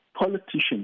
politicians